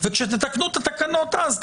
וכשתתקנו את התקנות אז,